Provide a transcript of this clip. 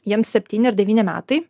jiems septyni ar devyni metai